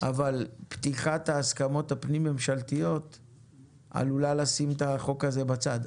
אבל פתיחת ההסכמות הפנים-ממשלתיות עלולה לשים את החוק הזה בצד.